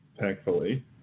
thankfully